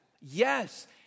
Yes